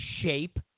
shape